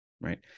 right